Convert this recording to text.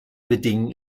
bedingen